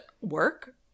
work